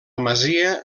masia